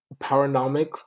Paranomics